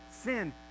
sin